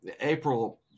April